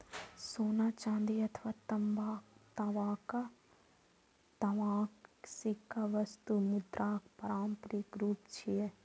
सोना, चांदी अथवा तांबाक सिक्का वस्तु मुद्राक पारंपरिक रूप छियै